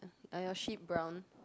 are your sheep brown